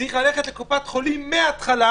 הוא צריך ללכת לקופת חולים מהתחלה,